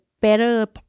better